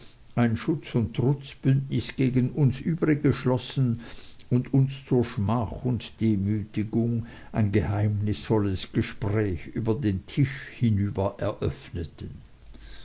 ein schutz und trutzbündnis gegen uns übrige schlossen und uns zur schmach und demütigung ein geheimnisvolles gespräch über den tisch hinüber eröffneten